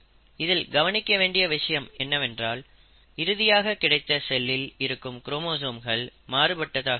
இதில் கவனிக்க வேண்டிய விஷயம் என்னவென்றால் இறுதியாக கிடைத்த செல்களில் இருக்கும் குரோமோசோம்கள் மாறுபட்டதாகவே இருக்கும்